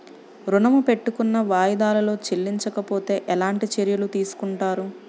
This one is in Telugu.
ఋణము పెట్టుకున్న వాయిదాలలో చెల్లించకపోతే ఎలాంటి చర్యలు తీసుకుంటారు?